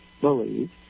believe